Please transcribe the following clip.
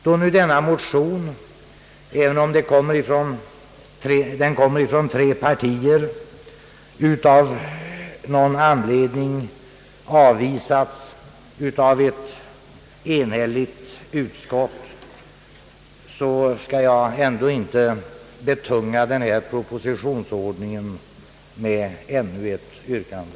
Med hänsyn till att den av mig berörda motionen, av någon anledning — och högst anmärkningsvärt — avvisats av ett enhälligt utskott skall jag inte betunga propositionsordningen med ännu ett yrkande.